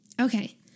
okay